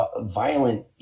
violent